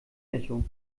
echo